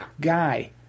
guy